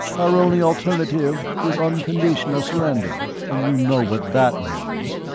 our only alternative is unconditional surrender, and you know what that means.